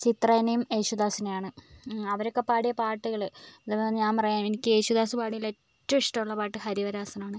ചിത്രേനേം യേശുദാസിനേയുമാണ് അവരൊക്കെ പാടിയ പാട്ടുകൾ എന്താണ് ഇപ്പം ഞാൻ പറയാം എനിക്ക് യേശുദാസ് പാടിയതിൽ ഏറ്റവും ഇഷ്ടമുള്ള പാട്ട് ഹരിവരാസനം ആണ്